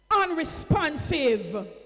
Unresponsive